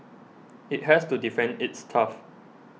it has to defend its turf